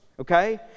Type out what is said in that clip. Okay